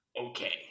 okay